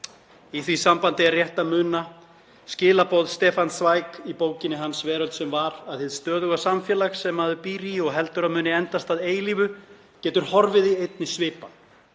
Í því sambandi er rétt að muna skilaboð Stefans Zweigs í bók hans Veröld sem var, um að hið stöðuga samfélag sem maður býr í og heldur að muni endast að eilífu getur horfið í einni svipan.